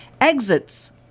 Exits